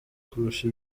kurusha